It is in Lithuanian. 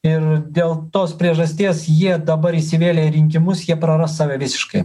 ir dėl tos priežasties jie dabar įsivėlė į rinkimus jie praras save visiškai